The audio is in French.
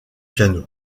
piano